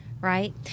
right